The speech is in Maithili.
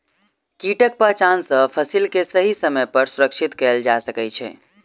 कीटक पहचान सॅ फसिल के सही समय पर सुरक्षित कयल जा सकै छै